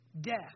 death